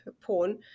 porn